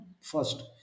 first